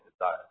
desire